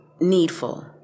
needful